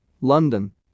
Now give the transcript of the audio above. London